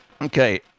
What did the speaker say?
Okay